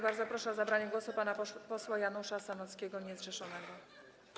Bardzo proszę o zabranie głosu pana posła Janusza Sanockiego, niezrzeszonego.